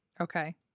okay